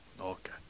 Okay